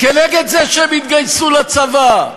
כנגד זה שהם יתגייסו לצבא.